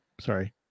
Sorry